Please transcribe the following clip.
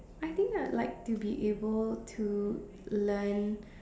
I think I'd like to be able to learn